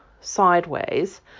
sideways